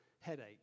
headache